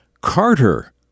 Carter